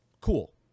cool